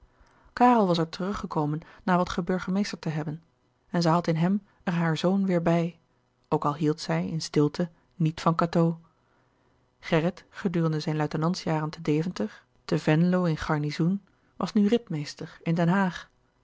karel was er teruggekomen na wat geburgemeesterd te hebben en zij had in hem er haar zoon weêr bij ook al hield zij in stilte niet van cateau gerrit gedurende zijn luitenantsjaren te deventer te venlo in garnizoen was nu ritmeester in den haag